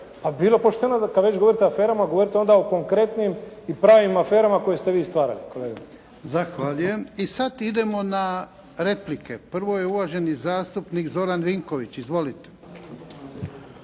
bi bilo pošteno da kada već govorite o aferama govorite onda o konkretnim i pravim aferama koje ste vi stvarali kolega. **Jarnjak, Ivan (HDZ)** Zahvaljujem. I sada idemo na replike. Prvo je uvaženi zastupnik Zoran Vinković. Izvolite.